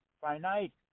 finite